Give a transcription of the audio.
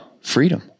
freedom